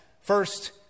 First